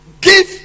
Give